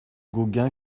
gauguin